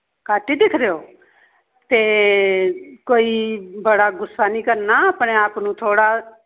घट्ट ही दिखदे ओ ते कोई बड़ा गुस्सा नी करना अपने आपूं थोह्ड़ा